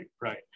right